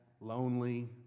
lonely